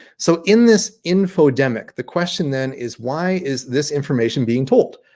so in this infodemic the question then is why is this information being told?